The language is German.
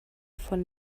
von